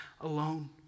alone